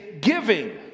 giving